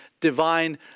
divine